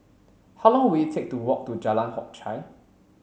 how long will it take to walk to Jalan Hock Chye